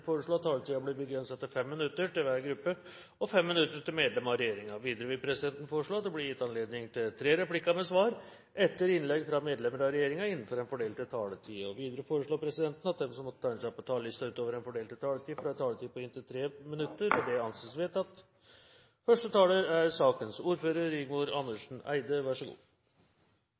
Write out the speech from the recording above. foreslå at taletiden blir begrenset til 5 minutter til hvert parti og 5 minutter til medlem av regjeringen. Videre vil presidenten foreslå at det blir gitt anledning til tre replikker med svar etter innlegg fra medlemmer av regjeringen innenfor den fordelte taletid. Videre blir det foreslått at de som måtte tegne seg på talerlisten utover den fordelte taletid, får en taletid på inntil 3 minutter. – Det anses vedtatt. Jeg er